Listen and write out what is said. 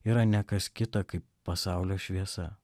yra ne kas kita kaip pasaulio šviesa